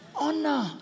Honor